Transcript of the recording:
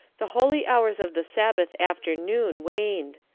the holy hours of the sabbath afternoon waned.